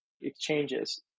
exchanges